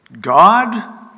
God